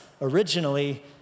originally